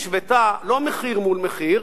היא השוותה לא מחיר מול מחיר,